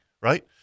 right